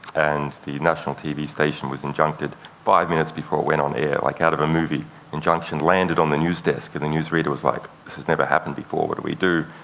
and the national tv station was injuncted five minutes before it went on air, like out of a movie injunction landed on the news desk, and the news reader was like, this has never happened before. what do we do?